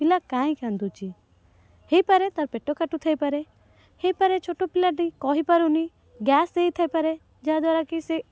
ପିଲା କାହିଁକି କାନ୍ଦୁଛି ହୋଇପାରେ ତାର ପେଟ କାଟୁଥାଇପାରେ ହୋଇପାରେ ଛୋଟ ପିଲାଟି କହିପାରୁନି ଗ୍ୟାସ୍ ହୋଇଥାଇପାରେ ଯାହାଦ୍ୱାରା କି ସେ